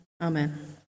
Amen